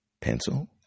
pencil